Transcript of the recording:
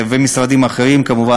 ומשרדים אחרים כמובן.